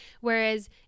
Whereas